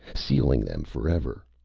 sealing them forever.